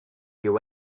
you